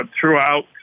throughout